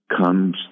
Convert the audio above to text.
comes